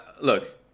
look